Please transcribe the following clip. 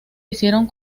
hicieron